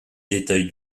détail